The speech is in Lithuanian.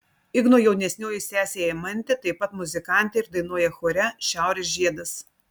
igno jaunesnioji sesė eimantė taip pat muzikantė ir dainuoja chore šiaurės žiedas